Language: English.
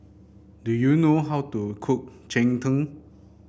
do you know how to cook Cheng Tng